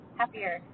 happier